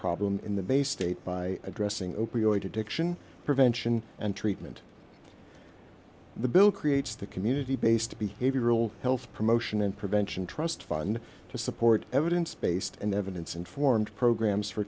problem in the bay state by addressing opioid addiction prevention and treatment the bill creates the community based behavioral health promotion and prevention trust fund to support evidence based and evidence informed programs for